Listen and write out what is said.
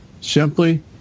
simply